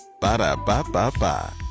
Ba-da-ba-ba-ba